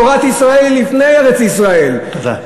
תורת ישראל היא לפני ארץ-ישראל, תודה.